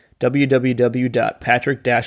www.patrick